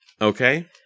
Okay